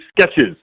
sketches